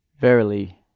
Verily